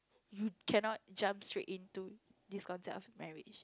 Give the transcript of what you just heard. you cannot jump straight into this concept of marriage